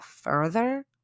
further